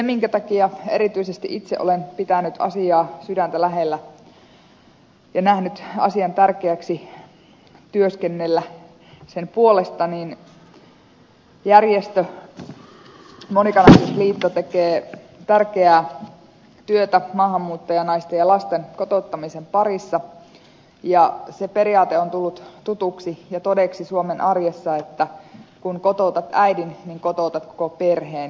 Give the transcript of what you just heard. minkä takia erityisesti itse olen pitänyt asiaa sydäntä lähellä ja nähnyt tärkeäksi työskennellä sen puolesta on se että monika naiset liitto järjestö tekee tärkeää työtä maahanmuuttajanaisten ja lasten kotouttamisen parissa ja se periaate on tullut tutuksi ja todeksi suomen arjessa että kun kotoutat äidin niin kotoutat koko perheen